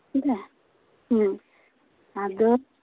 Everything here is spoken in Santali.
ᱠᱮᱫᱟ ᱦᱮᱸ ᱟᱫᱚ